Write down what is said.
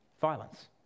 violence